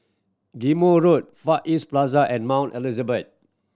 Ghim Moh Road Far East Plaza and Mount Elizabeth